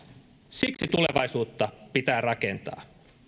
siksi tulevaisuutta pitää rakentaa ruotsalainen